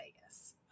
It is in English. Vegas